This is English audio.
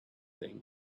thing